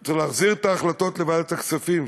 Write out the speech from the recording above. צריך להחזיר את ההחלטות לוועדת הכספים,